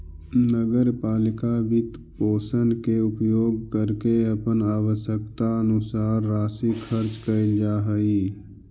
नगर पालिका वित्तपोषण के उपयोग करके अपन आवश्यकतानुसार राशि खर्च कैल जा हई